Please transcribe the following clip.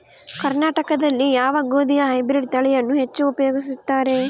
ಕರ್ನಾಟಕದಲ್ಲಿ ಯಾವ ಗೋಧಿಯ ಹೈಬ್ರಿಡ್ ತಳಿಯನ್ನು ಹೆಚ್ಚು ಉಪಯೋಗಿಸುತ್ತಾರೆ?